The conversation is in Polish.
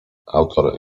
autor